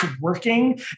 working